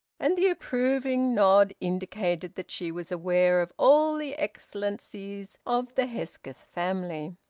and the approving nod indicated that she was aware of all the excellences of the hesketh family.